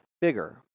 bigger